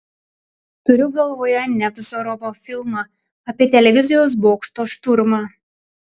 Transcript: turiu galvoje nevzorovo filmą apie televizijos bokšto šturmą